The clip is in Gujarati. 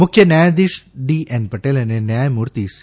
મુખ્ય ન્યાયાધીશ ડી એન પટેલ અને ન્યાયમૂર્તિ સી